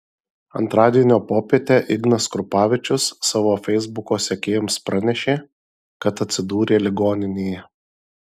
antradienio popietę ignas krupavičius savo feisbuko sekėjams pranešė kad atsidūrė ligoninėje